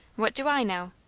what do i know?